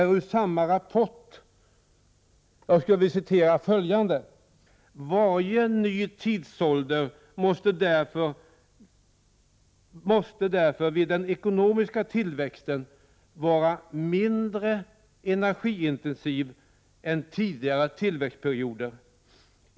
Jag citerar då ur samma rapport: ”Varje ny tidsålder måste därför vid den ekonomiska tillväxten vara mindre energi-intensiv än tidigare tillväxtperioder.